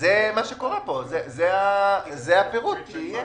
זה הפירוט שיהיה.